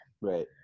right